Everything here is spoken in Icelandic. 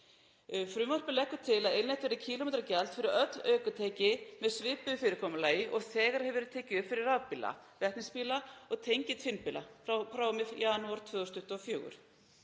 Frumvarpið leggur til að innleitt verði kílómetragjald fyrir öll ökutæki með svipuðu fyrirkomulagi og þegar hefur verið tekið upp fyrir rafbíla, vetnisbíla og tengiltvinnbíla frá og með janúar 2024.